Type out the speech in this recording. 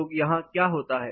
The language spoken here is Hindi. तो यहाँ क्या होता है